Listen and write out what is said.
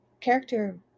character